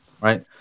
right